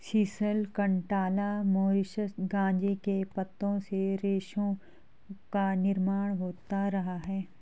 sisal, कंटाला, Mauritius गांजे के पत्तों से रेशों का निर्माण होता रहा है